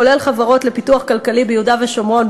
כולל חברות כלכליות לפיתוח ביהודה ושומרון,